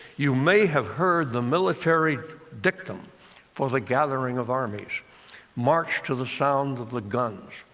you may have heard the military dictum for the gathering of armies march to the sound of the guns.